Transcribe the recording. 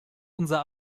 unser